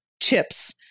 Chip's